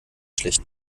schlecht